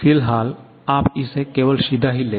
फिलहाल आप इसे केवल सीधा ही लें